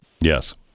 Yes